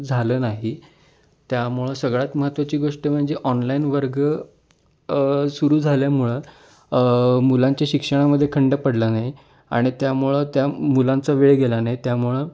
झालं नाही त्यामुळं सगळ्यात महत्त्वाची गोष्ट म्हणजे ऑनलाईन वर्ग सुरू झाल्यामुळं मुलांच्या शिक्षणामध्ये खंड पडला नाही आणि त्यामुळं त्या मुलांचा वेळ गेला नाही त्यामुळं